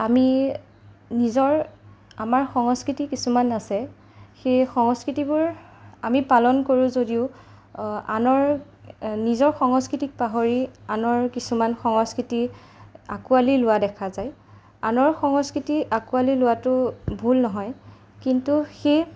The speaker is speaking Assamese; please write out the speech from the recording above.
আমি নিজৰ আমাৰ সংস্কৃতি কিছুমান আছে সেই সংস্কৃতিবোৰ আমি পালন কৰোঁ যদিও আনৰ নিজৰ সংস্কৃতিক পাহৰি আনৰ কিছুমান সংস্কৃতি আঁকোৱালি লোৱা দেখা যায় আনৰ সংস্কৃতি আঁকোৱালি লোৱাতো ভুল নহয় কিন্তু সেই